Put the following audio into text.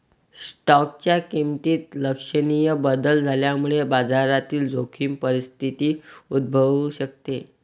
स्टॉकच्या किमतीत लक्षणीय बदल झाल्यामुळे बाजारातील जोखीम परिस्थिती उद्भवू शकते